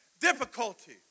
difficulty